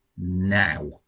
now